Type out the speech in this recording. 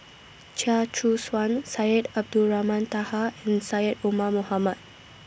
Chia Choo Suan Syed Abdulrahman Taha and Syed Omar Mohamed